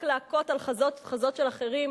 רק להכות על חזות של אחרים,